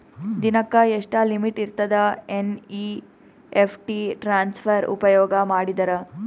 ದಿನಕ್ಕ ಎಷ್ಟ ಲಿಮಿಟ್ ಇರತದ ಎನ್.ಇ.ಎಫ್.ಟಿ ಟ್ರಾನ್ಸಫರ್ ಉಪಯೋಗ ಮಾಡಿದರ?